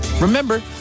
Remember